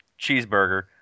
Cheeseburger